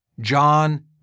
John